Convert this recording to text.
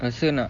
rasa nak